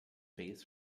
base